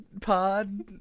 pod